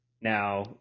Now